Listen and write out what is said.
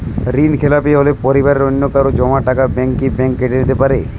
ঋণখেলাপি হলে পরিবারের অন্যকারো জমা টাকা ব্যাঙ্ক কি ব্যাঙ্ক কেটে নিতে পারে?